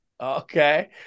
Okay